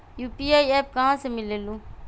UPI app कहा से मिलेलु?